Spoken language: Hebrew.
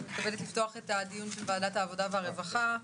אני מתכבדת לפתוח את הדיון של ועדת העבודה והרווחה.